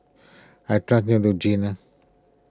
I trust Neutrogena